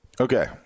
Okay